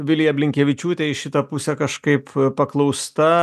vilija blinkevičiūtė į šitą pusę kažkaip paklausta